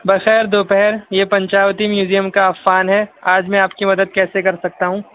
بخیر دوپہر یہ پنچاوتی میوزیم کا عفان ہے آج میں آپ کی مدد کیسے کر سکتا ہوں